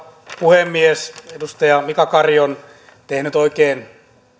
puhemies edustaja mika kari on tehnyt oikein